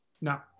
No